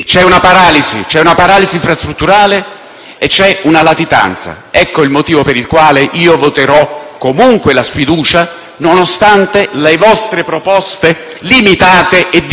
c'è una latitanza. Ecco il motivo per il quale io voterò comunque la sfiducia, nonostante le vostre proposte limitate e divisive.